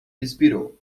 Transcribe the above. expirou